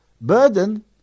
burden